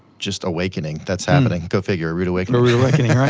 just awakening that's happening, go figure, a rood awakening. a rood awakening, right.